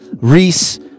Reese